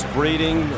Breeding